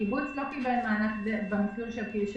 הקיבוץ לא קיבל מענק במחיר של